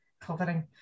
covering